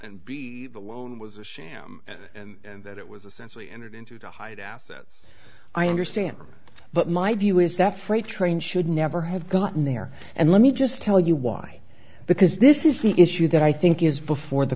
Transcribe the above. and alone was a sham and that it was essentially entered into to hide assets i understand but my view is that freight train should never have gotten there and let me just tell you why because this is the issue that i think is before the